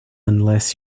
unless